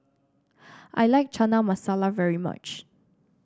I like Chana Masala very much